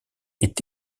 est